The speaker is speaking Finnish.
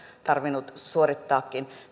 tarvinnutkin suorittaa